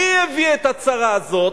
מי הביא את הצרה הזאת?